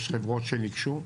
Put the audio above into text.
יש חברות שניגשו,